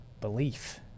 belief